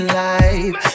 life